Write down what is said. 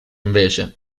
invece